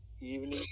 evening